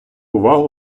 увагу